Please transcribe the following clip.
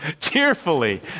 Cheerfully